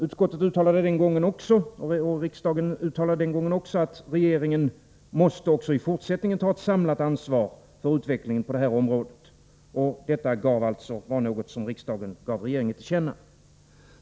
Utskottet och riksdagen uttalade den gången också att regeringen även i fortsättningen måste ta ett samlat ansvar för utvecklingen på det här området. Detta var något som riksdagen gav regeringen till känna.